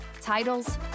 titles